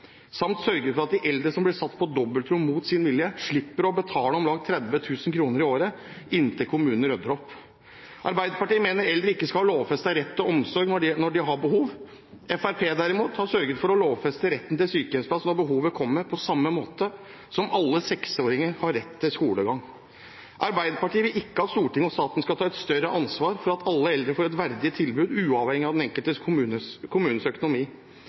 samt sørget for at de eldre som blir satt på dobbeltrom mot sin vilje, slipper å betale om lag 30 000 kr i året inntil kommunene rydder opp. Arbeiderpartiet mener eldre ikke skal ha lovfestet rett til omsorg når de har behov. Fremskrittspartiet, derimot, har sørget for å lovfeste retten til sykehjemsplass når behovet kommer, på samme måte som alle seksåringer har rett til skolegang. Arbeiderpartiet vil ikke at Stortinget og staten skal ta et større ansvar for at alle eldre får et verdig tilbud uavhengig av de enkelte kommunenes økonomi.